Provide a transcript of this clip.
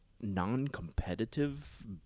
non-competitive